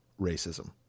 racism